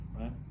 right